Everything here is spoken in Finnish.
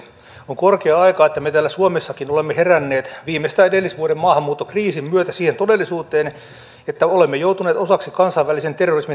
on korkea aika että me täällä suomessakin olemme heränneet viimeistään edellisvuoden maahanmuuttokriisin myötä siihen todellisuuteen että olemme joutuneet osaksi kansainvälisen terrorismin toimintakenttää